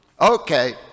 Okay